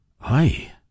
Hi